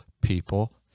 people